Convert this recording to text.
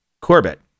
Corbett